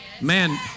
Man